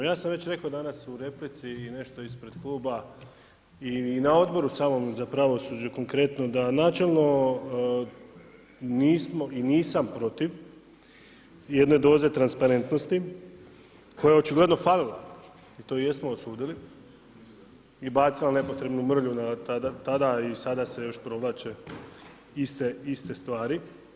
Ja sam već rekao danas u replici i nešto ispred kluba i na odboru samom za pravosuđe konkretno da načelno nismo i nisam protiv jedne doze transparentnosti koja je očigledno falila i to jesmo osudili i bacilo nepotrebnu mrlju tada i sada se još provlače iste stvari.